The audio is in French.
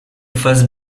face